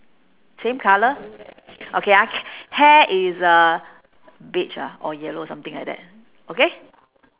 same colour okay ah hair is uh beige ah or yellow something like that okay